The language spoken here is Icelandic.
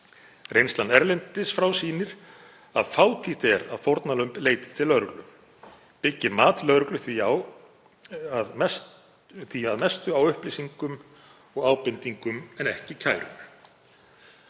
Reynsla erlendis frá sýnir að fátítt er að fórnarlömb leiti til lögreglu. Byggir mat lögreglu því að mestu á upplýsingum og ábendingum en ekki kærum.“